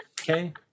okay